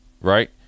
right